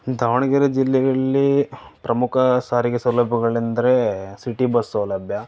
ದಾವಣಗೆರೆ ಜಿಲ್ಲೆಯಲ್ಲಿ ಪ್ರಮುಖ ಸಾರಿಗೆ ಸೌಲಭ್ಯಗಳೆಂದರೆ ಸಿಟಿ ಬಸ್ ಸೌಲಭ್ಯ